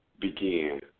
begin